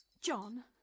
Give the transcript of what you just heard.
John